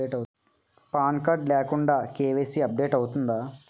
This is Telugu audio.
పాన్ కార్డ్ లేకుండా కే.వై.సీ అప్ డేట్ అవుతుందా?